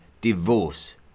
divorce